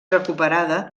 recuperada